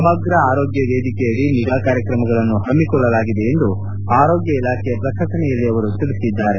ಸಮಗ್ರ ಆರೋಗ್ಯ ವೇದಿಕೆಯಡಿ ನಿಗಾ ಕಾರ್ಯಕ್ರಮಗಳನ್ನು ಪಮ್ಮಿಕೊಳ್ಳಲಾಗಿದೆ ಎಂದು ಆರೋಗ್ಯ ಇಲಾಖೆಯ ಪ್ರಕಟಣೆಯಲ್ಲಿ ತಿಳಿಸಲಾಗಿದೆ